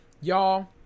Y'all